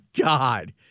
God